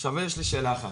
עכשיו יש לי רק שאלה אחת: